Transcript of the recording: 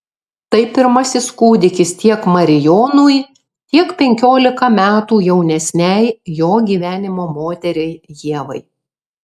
tai pirmasis kūdikis tiek marijonui tiek penkiolika metų jaunesnei jo gyvenimo moteriai ievai